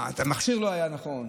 המכשיר לא היה נכון,